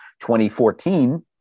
2014